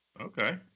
Okay